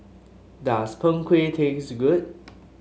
does Png Kueh taste good